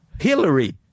Hillary